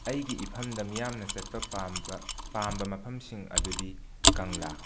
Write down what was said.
ꯑꯩꯒꯤ ꯏꯐꯝꯗ ꯃꯤꯌꯥꯝꯅ ꯆꯠꯄ ꯄꯥꯝꯕ ꯄꯥꯝꯕ ꯃꯐꯝꯁꯤꯡ ꯑꯗꯨꯗꯤ ꯀꯪꯂꯥ